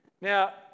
Now